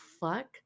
fuck